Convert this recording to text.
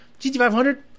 GT500